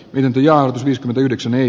vienti ja yhdeksän ei